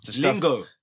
lingo